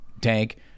tank